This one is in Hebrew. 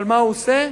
אבל מה הוא עושה?